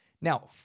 Now